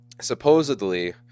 Supposedly